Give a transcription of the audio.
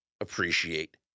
appreciate